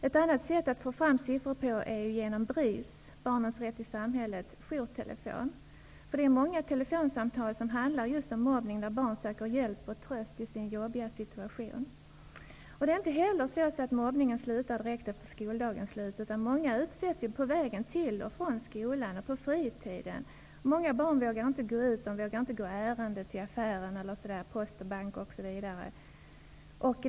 Ett sätt att få fram siffror är genom BRIS, Barnens rätt i samhället, jourtelefon. Många telefonsamtal handlar just om mobbning. Barn söker hjälp och tröst i sin jobbiga situation. Det är inte heller så att mobbningen slutar direkt efter skoldagens slut, utan många utsätts för mobbning på vägen till och från skolan och på fritiden. Många barn vågar inte gå ut, vågar inte gå ärenden till affärer, post och bank.